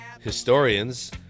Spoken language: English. historians